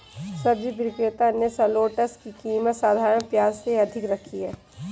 सब्जी विक्रेता ने शलोट्स की कीमत साधारण प्याज से अधिक रखी है